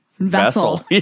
Vessel